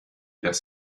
das